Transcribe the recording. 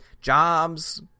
jobs